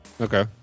Okay